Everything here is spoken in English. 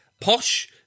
posh